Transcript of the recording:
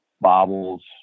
bobbles